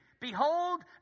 Behold